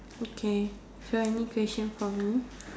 okay so any question for me